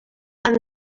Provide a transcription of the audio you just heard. han